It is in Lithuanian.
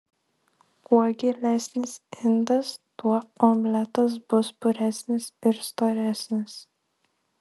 kuo gilesnis indas tuo omletas bus puresnis ir storesnis